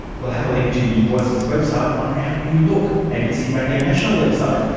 we'll have a link to the voiceless website on our new look abc radio national website,